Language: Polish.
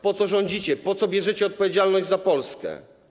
Po co rządzicie, po co bierzecie odpowiedzialność za Polskę?